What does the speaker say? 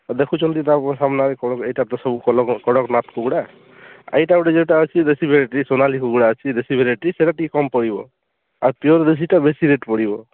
ଆଉ ଦେଖୁଛନ୍ତି ତ ଆପଣଙ୍କ ସାମ୍ନାରେ କ'ଣ ଏଇଟା ତ ସବୁ କଡ଼କନାଥ କୁକୁଡ଼ା ଏଇଟା ଗୋଟେ ଯେଟା ଅଛି ଦେଶୀ ଭେରାଇଟି ସୋନାଲି କୁକୁଡ଼ା ଅଛି ଦେଶୀ ଭେରାଇଟି ସେଇଟା ଟିକେ କମ୍ ପଡ଼ିବ ଆଉ ପିଓର୍ ଦେଶୀଟା ବେଶୀ ରେଟ୍ ପଡ଼ିବ